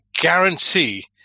guarantee